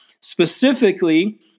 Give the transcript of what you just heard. Specifically